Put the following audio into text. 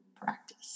practice